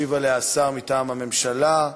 ישיב השר מטעם הממשלה.